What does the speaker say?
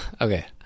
Okay